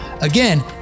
Again